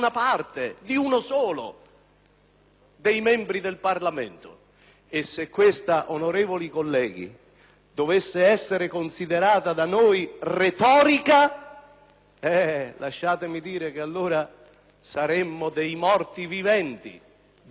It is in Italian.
dei membri del Parlamento. E se questa, onorevoli colleghi, dovesse essere considerata da noi retorica, lasciatemi dire che, allora, saremmo dei morti viventi, dei cadaveri in buona salute,